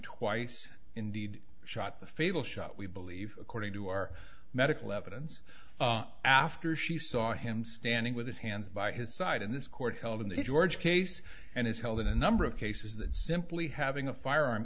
twice indeed shot the fatal shot we believe according to our medical evidence after she saw him standing with his hands by his side in this court held in the george case and is held in a number of cases that simply having a firearm